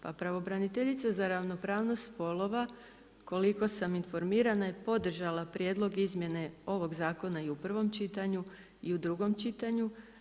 Pa pravobraniteljica za ravnopravnost spolova koliko sam informirana je podržala prijedlog izmjene ovog zakona i u prvom čitanju i u drugom čitanju.